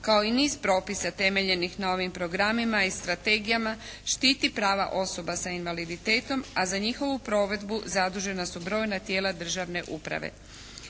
kao i niz propisa temeljnih na ovim programima i strategijama štiti prava osoba sa invaliditetom, a za njihovu provedbu zadužena su brojna tijela državne uprave.